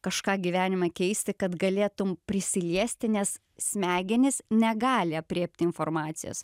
kažką gyvenime keisti kad galėtum prisiliesti nes smegenys negali aprėpti informacijos